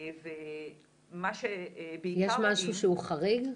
יש משהו שהוא חריג?